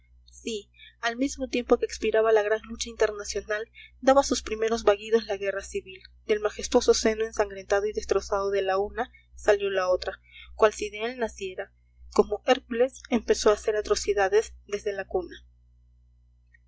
sí al mismo tiempo que expiraba la gran lucha internacional daba sus primeros vagidos la guerra civil del majestuoso seno ensangrentado y destrozado de la una salió la otra cual si de él naciera como hércules empezó a hacer atrocidades desde la cuna